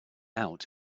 out